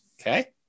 Okay